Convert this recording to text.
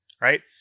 Right